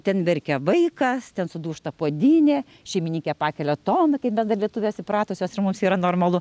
ten verkia vaikas ten sudūžta puodynė šeimininkė pakelia toną kaip bendralietuvės įpratusios ir mums yra normalu